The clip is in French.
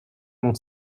mon